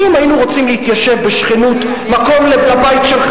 אם היינו רוצים להתיישב בשכנות לבית שלך,